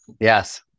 Yes